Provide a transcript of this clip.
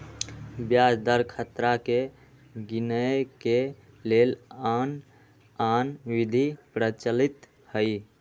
ब्याज दर खतरा के गिनेए के लेल आन आन विधि प्रचलित हइ